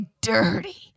dirty